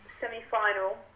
semi-final